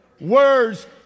words